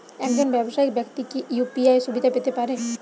একজন ব্যাবসায়িক ব্যাক্তি কি ইউ.পি.আই সুবিধা পেতে পারে?